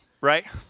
right